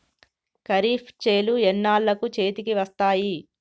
ఖరీఫ్ చేలు ఎన్నాళ్ళకు చేతికి వస్తాయి?